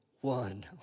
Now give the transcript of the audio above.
one